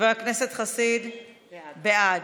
נגד, חבר הכנסת חסיד, בעד,